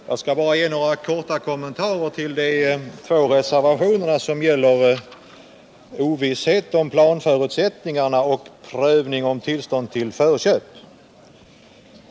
Herr talman! Jag skall bara göra några korta kommentarer till de två reservationerna, som gäller ”Ovisshet om planförutsättningarna” och ”Prövning om tillstånd till förköp”.